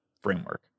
framework